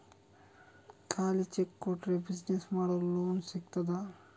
ಖಾಲಿ ಚೆಕ್ ಕೊಟ್ರೆ ಬಿಸಿನೆಸ್ ಮಾಡಲು ಲೋನ್ ಸಿಗ್ತದಾ?